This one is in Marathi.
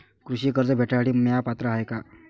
कृषी कर्ज भेटासाठी म्या पात्र हाय का?